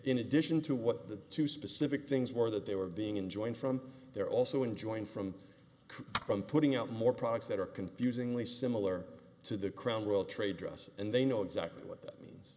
in addition to what the two specific things were that they were being enjoined from their also enjoined from from putting out more products that are confusingly similar to the crowned world trade dress and they know exactly what they mean